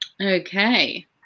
Okay